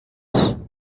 midnight